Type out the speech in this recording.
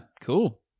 cool